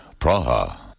Praha